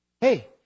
Hey